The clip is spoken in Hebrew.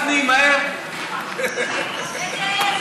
ההצעה להעביר לוועדה את הצעת חוק העונשין (תיקון,